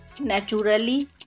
Naturally